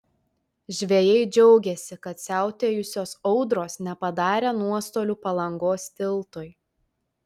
žvejai džiaugėsi kad siautėjusios audros nepadarė nuostolių palangos tiltui